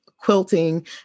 quilting